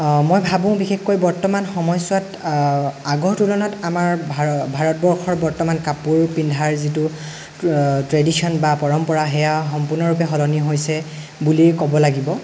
মই ভাবোঁ বিশেষকৈ বৰ্তমান সময়ছোৱাত আগৰ তুলনাত আমাৰ ভাৰতবৰ্ষৰ বৰ্তমান কাপোৰ পিন্ধাৰ যিটো ট্ৰেডিশ্যন বা পৰম্পৰা সেয়া সম্পূৰ্ণৰূপে সলনি হৈছে বুলি ক'ব লাগিব